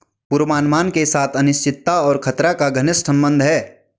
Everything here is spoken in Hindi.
पूर्वानुमान के साथ अनिश्चितता और खतरा का घनिष्ट संबंध है